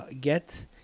get